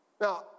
Now